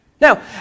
Now